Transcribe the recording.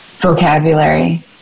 vocabulary